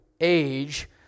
age